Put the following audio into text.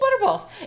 butterballs